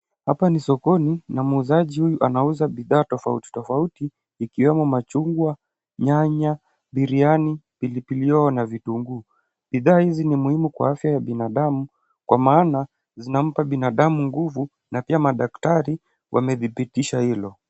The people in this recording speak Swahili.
Hapa ni sokoni na muuzaji huyu anauza bidhaa tofauti tofauti ikiwemo machungwa, nyanya , biriyani, pilipili hoho na vitunguu. Bidhaa hizi ni muhimu kwa afya ya binadamu kwa maana zinampa binadamu nguvu na pia madaktari wamethibitisha hilo.